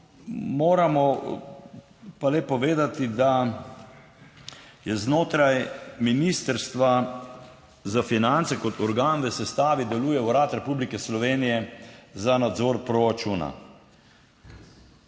moramo pa le povedati, da je znotraj Ministrstva za finance kot organ v sestavi deluje Urad Republike Slovenije za nadzor proračuna.